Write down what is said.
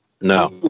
No